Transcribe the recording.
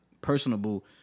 personable